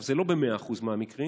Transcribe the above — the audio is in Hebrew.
זה לא במאה אחוז מהמקרים,